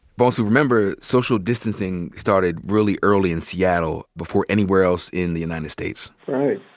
bonsu, remember, social distancing started really early in seattle before anywhere else in the united states. right.